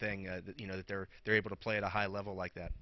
thing you know that they're they're able to play at a high level like that